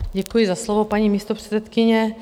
Děkuji za slovo, paní místopředsedkyně.